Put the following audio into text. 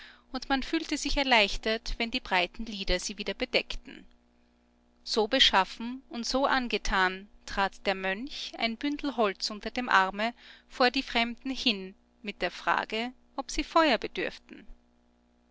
und man fühlte sich erleichtert wenn die breiten lider sie wieder bedeckten so beschaffen und so angetan trat der mönch ein bündel holz unter dem arme vor die fremden hin mit der frage ob sie feuer bedürften